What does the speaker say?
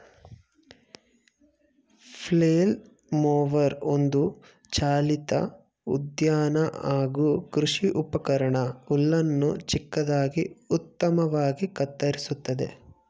flail mower ಒಂದು ಚಾಲಿತ ಉದ್ಯಾನ ಹಾಗೂ ಕೃಷಿ ಉಪಕರಣ ಹುಲ್ಲನ್ನು ಚಿಕ್ಕದಾಗಿ ಉತ್ತಮವಾಗಿ ಕತ್ತರಿಸುತ್ತೆ